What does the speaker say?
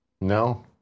No